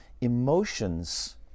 emotions